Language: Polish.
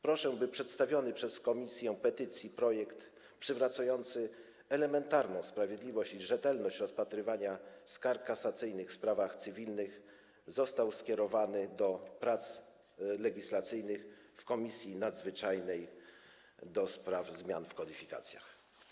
Proszę, aby przedstawiony przez Komisję do Spraw Petycji projekt przywracający elementarną sprawiedliwość i rzetelność rozpatrywania skarg kasacyjnych w sprawach cywilnych został skierowany do prac legislacyjnych w Komisji Nadzwyczajnej do spraw zmian w kodyfikacjach.